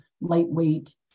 lightweight